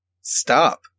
stop